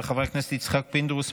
של חברי הכנסת יצחק פינדרוס,